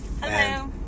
Hello